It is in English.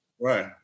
Right